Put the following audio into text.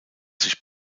sich